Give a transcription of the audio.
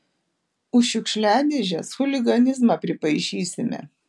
už šiukšliadėžes chuliganizmą pripaišysime